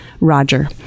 Roger